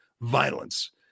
violence